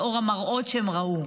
בעקבות המראות שהם ראו,